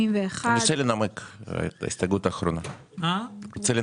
הצבעה בעד 2 נגד 4 נמנעים - אין לא אושר.